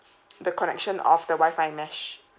the connection of the wi-fi mesh